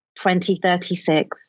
2036